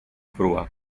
prua